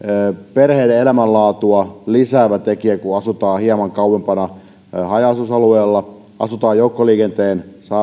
perheiden elämänlaatua lisäävänä tekijänä kun asutaan hieman kauempana haja asutusalueella ja asutaan joukkoliikenteen